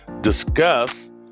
discuss